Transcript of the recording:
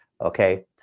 okay